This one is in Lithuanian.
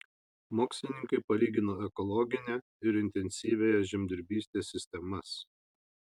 mokslininkai palygino ekologinę ir intensyviąją žemdirbystės sistemas